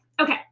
Okay